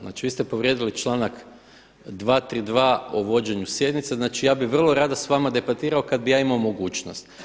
Znači, vi ste povrijedili članak 232. o vođenju sjednice, znači ja bi vrlo radio s vama debatirao kad bi ja imao mogućnost.